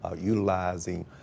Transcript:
utilizing